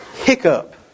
hiccup